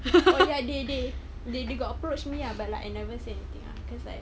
oh ya they they they they got approached me ah but like I never say anything lah cause like